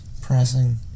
pressing